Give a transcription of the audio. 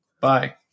Bye